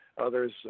others